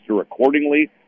accordingly